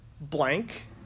blank